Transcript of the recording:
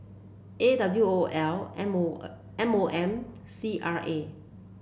A W O L M O M O M C R A